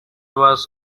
was